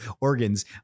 organs